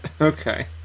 okay